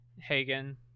Hagen